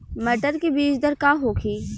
मटर के बीज दर का होखे?